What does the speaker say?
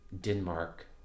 denmark